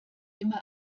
immer